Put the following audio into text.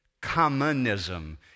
Communism